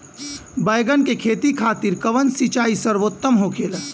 बैगन के खेती खातिर कवन सिचाई सर्वोतम होखेला?